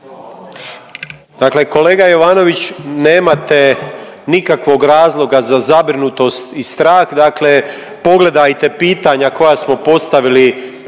Dakle, kolega Jovanović nemate nikakvog razloga za zabrinutost i strah. Dakle, pogledajte pitanja koja smo postavili,